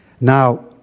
Now